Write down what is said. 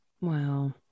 Wow